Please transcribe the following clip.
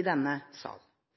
i denne sal,